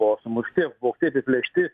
buvo sumušti apvogti apiplėšti